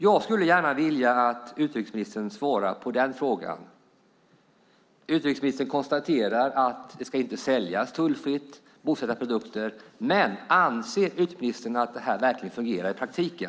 Jag skulle vilja att utrikesministern svarar på den frågan. Utrikesministern konstaterar att bosättarprodukter inte ska säljas tullfritt. Men anser utrikesministern att det fungerar i praktiken?